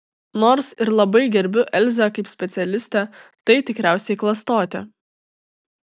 nors ir labai gerbiu elzę kaip specialistę tai tikriausiai klastotė